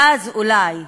ואז אולי,